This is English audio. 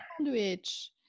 sandwich